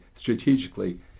strategically